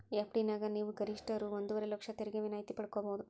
FD ನ್ಯಾಗ ನೇವು ಗರಿಷ್ಠ ರೂ ಒಂದುವರೆ ಲಕ್ಷ ತೆರಿಗೆ ವಿನಾಯಿತಿ ಪಡ್ಕೊಬಹುದು